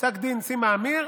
פסק דין סימה אמיר,